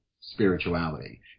spirituality